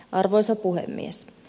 arvoisa puhemies